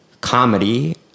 comedy